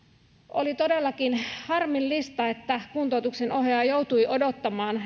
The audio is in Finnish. oli todellakin harmillista että kuntoutuksen ohjaaja joutui odottamaan